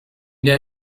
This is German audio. der